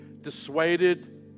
dissuaded